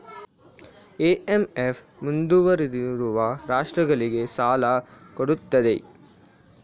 IMF ಮುಂದುವರಿದಿರುವ ರಾಷ್ಟ್ರಗಳಿಗೆ ಸಾಲ ಕೊಡುತ್ತದೆ